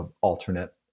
alternate